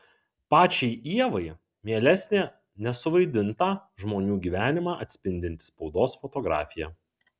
pačiai ievai mielesnė nesuvaidintą žmonių gyvenimą atspindinti spaudos fotografija